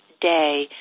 day